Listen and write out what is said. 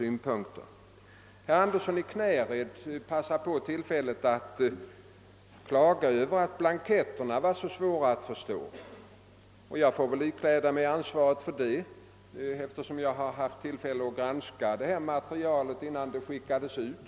Herr Andersson i Knäred begagnade tillfället att klaga över att blanketterna var så svåra att förstå. Jag får väl ikläda mig ansvaret härför, eftersom jag hade tillfälle att granska detta material innan det skickades ut.